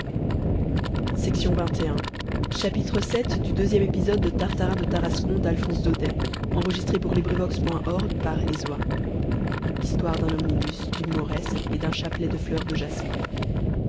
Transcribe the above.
lapins o bravida quel souvenir vii histoire d'un omnibus d'une mauresque et d'un chapelet de fleurs de jasmin